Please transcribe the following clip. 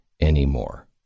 anymore